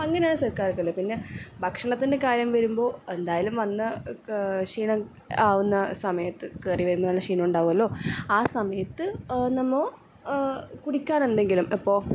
അങ്ങനൊരു സൽക്കരിക്കല് പിന്നെ ഭക്ഷണത്തിൻ്റെ കാര്യം വരുമ്പോൾ എന്തായാലും വന്ന ക്ഷീണം ആവുന്ന സമയത്ത് കേറി വരുന്ന നല്ല ക്ഷീണം ഉണ്ടാകുമല്ലൊ ആ സമയത്ത് നമ്മൾ കുടിക്കാൻ എന്തെങ്കിലും ഇപ്പോൾ